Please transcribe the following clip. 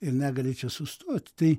ir negali čia sustot tai